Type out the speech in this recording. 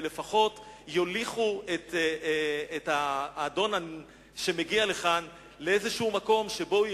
ולפחות יוליכו את האדון שמגיע לכאן לאיזשהו מקום שבו הוא